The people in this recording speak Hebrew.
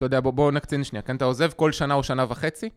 לא יודע, בוא נקצין שנייה, כן? אתה עוזב כל שנה או שנה וחצי?